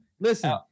Listen